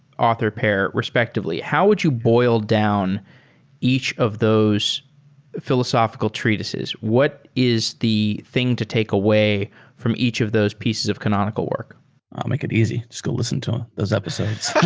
author pair respectively. how would you boil down each of those philosophical treatises? what is the thing to take away from each of those pieces of canonical work? i'll make it easy. go listen to um this episode.